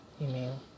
email